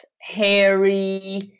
hairy